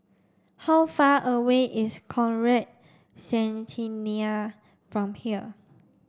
how far away is Conrad Centennial from here